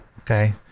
Okay